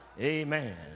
Amen